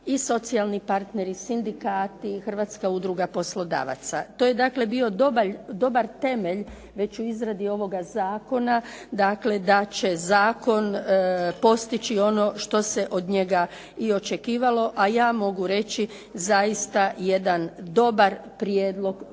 i socijalni partneri, sindikati, Hrvatska udruga poslodavaca. To je dakle bio dobar temelj već u izradi ovoga zakona, dakle da će zakon postići ono što se od njega i očekivalo, a ja mogu reći zaista jedan dobar prijedlog